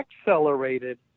accelerated